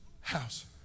house